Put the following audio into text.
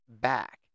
back